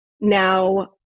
Now